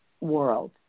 world